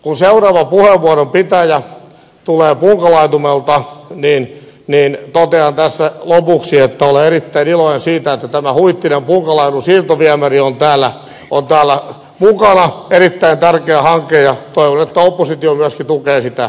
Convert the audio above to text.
kun seuraava puheenvuoron pitäjä tulee punkalaitumelta niin totean tässä lopuksi että olen erittäin iloinen siitä että tämä huittinenpunkalaidun siirtoviemäri on täällä on päällä kaapelitehtaalle ja hake ja pauli pauhun joonas lukee sitä